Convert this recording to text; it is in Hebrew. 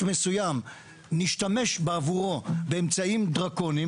מסוים נשתמש בעבורו באמצעים דרקוניים,